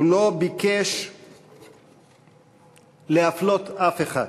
הוא לא ביקש להפלות אף אחד,